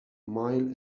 mile